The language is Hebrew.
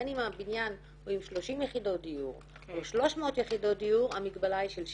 בין אם הבניין הוא עם 30 יחידות דיור או 300 יחידות המגבלה היא של ששה.